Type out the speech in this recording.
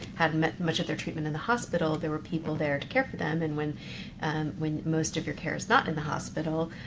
had much of their treatment in the hospital, there were people there to care for them. and them. and when most of your care is not in the hospital,